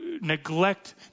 neglect